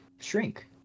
shrink